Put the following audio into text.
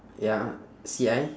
ya C I